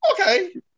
okay